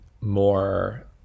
more